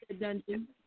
dungeon